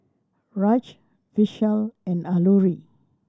Raj Vishal and Alluri